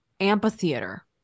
amphitheater